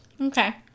Okay